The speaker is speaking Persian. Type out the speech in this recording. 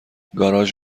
گاراژ